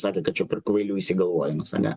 sakė kad čia per kvailių išsigalvojimas ane